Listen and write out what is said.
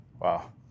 Wow